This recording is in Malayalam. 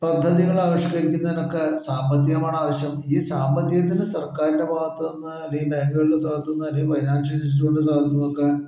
പദ്ധതികള് ആവിഷ്ക്കരിക്കുന്നതിനൊക്കെ സാമ്പത്തികമാണ് ആവശ്യം ഈ സാമ്പത്തികത്തിന് സർക്കാറിൻ്റെ ഭാഗത്തു നിന്ന് അല്ലെങ്കിൽ ബാങ്കുകളുടെ ഭാഗത്തു നിന്ന് ഫൈനാൻഷ്യൽ ഇൻസ്റ്റിട്യൂട്ടിൻ്റെ ഭാഗത്തിൽ നിന്നൊക്കെ